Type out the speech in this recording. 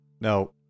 No